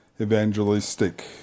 evangelistic